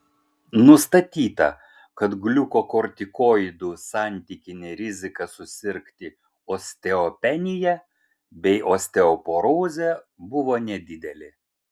nustatyta kad gliukokortikoidų santykinė rizika susirgti osteopenija bei osteoporoze buvo nedidelė